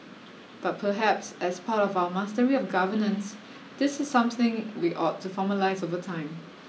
but perhaps as part of our mastery of governance this is something we ought to formalise over time